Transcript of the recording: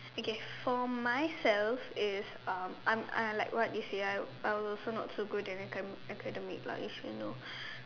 okay for myself is um I'm I like what you say I I also not so good in aca~ academic lah if you know